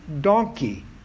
donkey